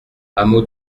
hameau